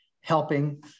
helping